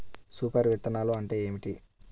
Super విత్తనాలు అంటే ఏమిటి?